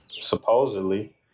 Supposedly